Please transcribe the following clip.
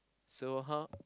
so how